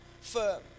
firm